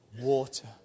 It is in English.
water